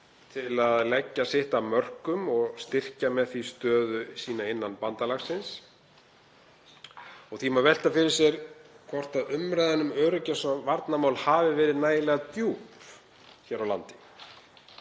til að leggja sitt af mörkum og styrkja með því stöðu sína innan bandalagsins. Því má velta fyrir sér hvort umræðan um öryggis- og varnarmál hafi verið nægilega djúp hér á landi.